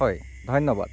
হয় ধন্যবাদ